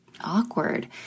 awkward